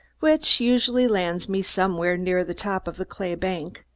which usually lands me somewhere near the top of the clay bank,